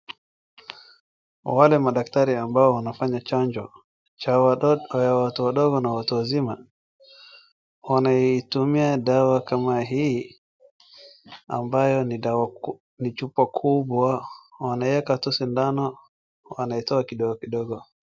Wale madaktari ambao wanafanya chanjo cha watu wadogo na watu wazima, wanaitumia dawa kama hii ambayo ni chupa kubwa, wanaeka tu sindano, wanaitoa kidogokidogo.